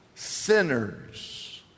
sinners